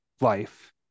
life